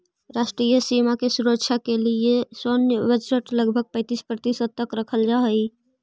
राष्ट्रीय सीमा के सुरक्षा के लिए सैन्य बजट लगभग पैंतीस प्रतिशत तक रखल जा हई